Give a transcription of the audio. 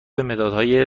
مدادهای